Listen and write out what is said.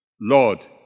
Lord